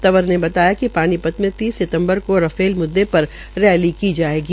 तवंर ने कहा कि पानीपत में तीस सितम्बर को राफेल मुद्दे पर रैली की जायेगी